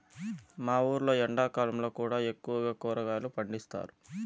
మా ఊర్లో ఎండాకాలంలో కూడా ఎక్కువగా కూరగాయలు పండిస్తారు